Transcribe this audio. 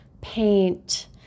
paint